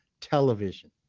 television